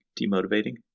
demotivating